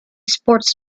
sports